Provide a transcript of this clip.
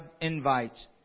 invites